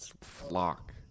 flock